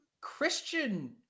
Christian